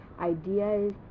ideas